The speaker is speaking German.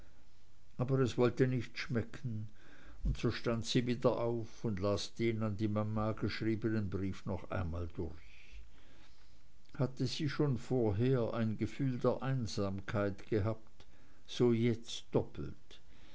aber es wollte nicht schmecken und so stand sie wieder auf und las den an die mama geschriebenen brief noch einmal durch hatte sie schon vorher ein gefühl der einsamkeit gehabt so jetzt doppelt